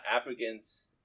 Africans